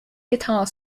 guitar